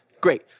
Great